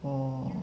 orh